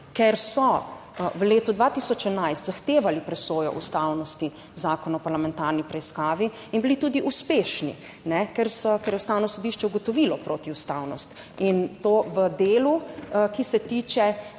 ker so v letu 2011 zahtevali presojo ustavnosti Zakona o parlamentarni preiskavi in bili tudi uspešni, ker je Ustavno sodišče ugotovilo protiustavnost, in to v delu, ki se tiče